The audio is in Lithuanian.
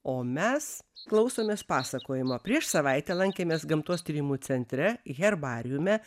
o mes klausomės pasakojimo prieš savaitę lankėmės gamtos tyrimų centre herbariume